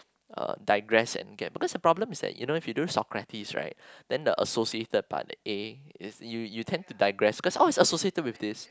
uh digress and ge~ because the problem is that you know you do Socrates right then the associated part that the A you you tend the digress cause all is associated with this